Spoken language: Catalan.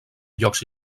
llocs